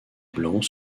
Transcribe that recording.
blanc